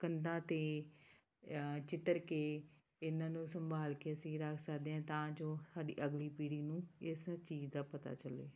ਕੰਧਾਂ 'ਤੇ ਚਿੱਤਰ ਕੇ ਇਹਨਾਂ ਨੂੰ ਸੰਭਾਲ ਕੇ ਅਸੀਂ ਰੱਖ ਸਕਦੇ ਹਾਂ ਤਾਂ ਜੋ ਸਾਡੀ ਅਗਲੀ ਪੀੜ੍ਹੀ ਨੂੰ ਇਸ ਚੀਜ਼ ਦਾ ਪਤਾ ਚੱਲੇ